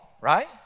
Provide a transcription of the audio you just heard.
right